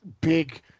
big